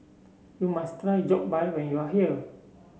you must try Jokbal when you are here